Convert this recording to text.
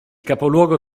capoluogo